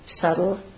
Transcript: subtle